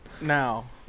Now